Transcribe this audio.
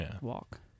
walk